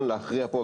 מחילה,